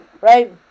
right